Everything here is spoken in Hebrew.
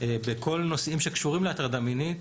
בכל נושאים שקשורים להטרדה מינית,